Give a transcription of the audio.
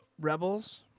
Rebels